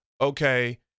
Okay